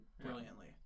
brilliantly